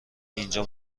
اینجا